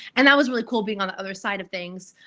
and that was really cool being on the other side of things,